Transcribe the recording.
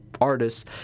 artists